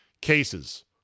Cases